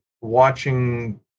watching